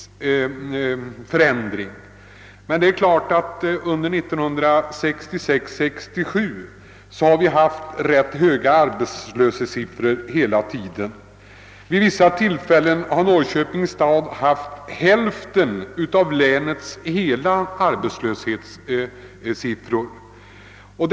Men under 1966—1967 har vi hela tiden haft ganska höga arbetslöshetssiffror. Norrköpings stad har vid vissa tillfällen redovisat hälften av hela arbetslösheten i länet.